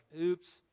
oops